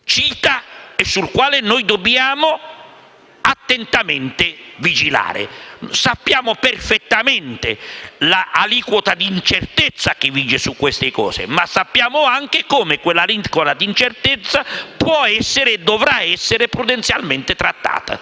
cita e sul quale noi - ripeto - dobbiamo attentamente vigilare. Sappiamo perfettamente l'aliquota di incertezza che vige su queste cose, ma sappiamo anche come quell'aliquota di incertezza può e dovrà essere prudenzialmente trattata.